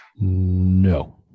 No